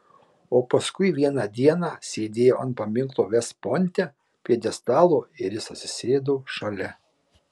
o paskui vieną dieną sėdėjau ant paminklo vest pointe pjedestalo ir jis atsisėdo šalia